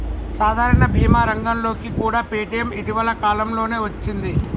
సాధారణ భీమా రంగంలోకి కూడా పేటీఎం ఇటీవల కాలంలోనే వచ్చింది